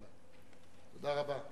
תודה רבה.